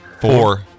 four